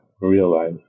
realize